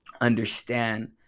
understand